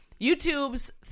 YouTube's